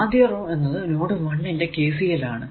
ആദ്യ റോ എന്നത് നോഡ് 1 ന്റെ KCL ആണ്